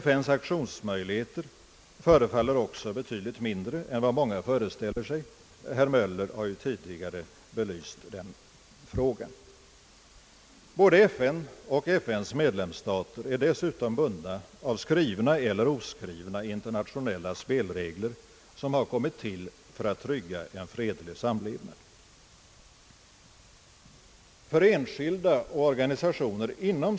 FN:s aktionsmöjligheter förefaller också betydligt mindre än vad många föreställer sig. Herr Möller har tidigare belyst denna fråga. Både FN och FN:s medlemsstater är dessutom bundna av skrivna eller oskrivna internationella spelregler, som kommit till för att trygga en fredlig samlevnad.